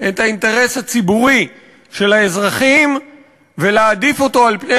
את האינטרס הציבורי של האזרחים ולהעדיף אותו על פני